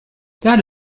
that